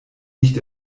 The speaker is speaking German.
nicht